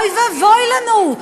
אוי ואבוי לנו,